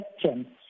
question